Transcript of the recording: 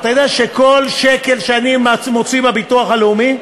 אתה יודע שכל שקל שאני מוציא מהביטוח הלאומי,